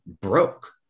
broke